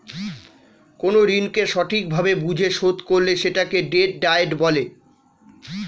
কোন ঋণকে সঠিক ভাবে বুঝে শোধ করলে সেটাকে ডেট ডায়েট বলে